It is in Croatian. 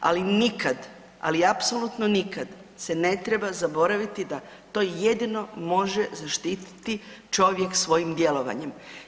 Ali nikad, ali apsolutno nikad se ne treba zaboraviti da to jedino može zaštititi čovjek svojim djelovanjem.